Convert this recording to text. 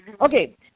okay